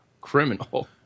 criminal